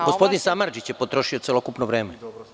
Gospodin Samardžić je potrošio celokupno vreme.